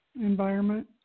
environment